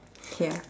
ya